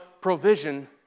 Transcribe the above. provision